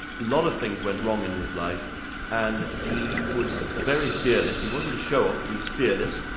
lot of things went wrong in his life and he was very fearless, he wasn't a show-off but he was fearless,